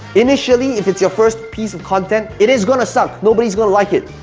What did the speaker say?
initially, if it's your first piece of content, it is gonna suck, nobody's gonna like it.